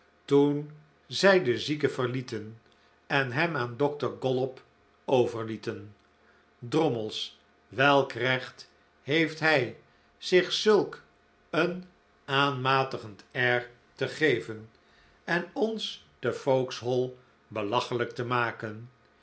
toen zij den zieke verlieten en hem aan dokter gollop overlieten drommels welk recht heeft hij zich zulk een aanmatigend air te geven en ons te vauxhall belachelijk te maken